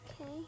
Okay